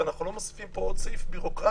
ואנחנו לא מוסיפים פה עוד סעיף בירוקרטי.